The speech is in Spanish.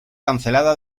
cancelada